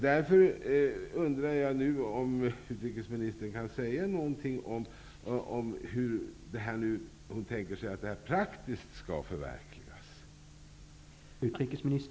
Jag undrar om utrikesministern kan säga någonting om hur hon tänker sig att detta skall förverkligas praktiskt.